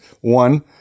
one